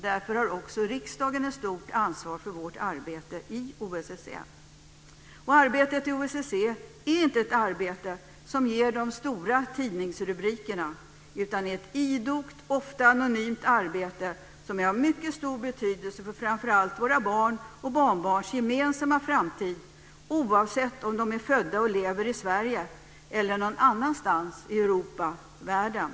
Därför har också riksdagen ett stort ansvar för vårt arbete i OSSE. Arbetet i OSSE är inte ett arbete som ger stora tidningsrubriker, utan det är ett idogt ofta anonymt arbete som är av mycket stor betydelse för framför allt våra barns och barnbarns gemensamma framtid, oavsett om de är födda och lever i Sverige eller någon annanstans i Europa och världen.